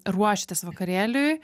ruošiatės vakarėliui